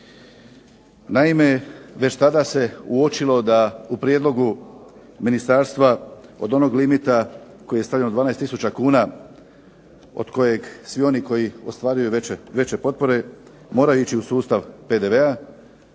Naime, već tada se uočilo da u prijedlogu ministarstva koji je stavljen od 12 tisuća kuna od kojih svi oni koji ostvaruju veće potpore moraju ići u sustav PDV-a,